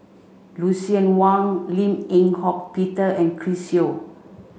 Lucien Wang Lim Eng Hock Peter and Chris Yeo